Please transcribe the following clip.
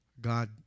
God